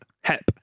hep